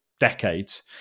decades